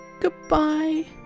Goodbye